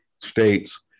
states